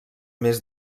més